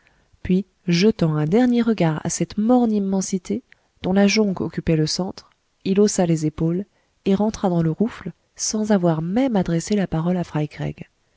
puis jetant un dernier regard à cette morne immensité dont la jonque occupait le centre il haussa les épaules et rentra dans le rouffle sans avoir même adressé la parole à